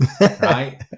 right